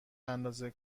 اندازه